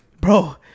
bro